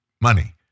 money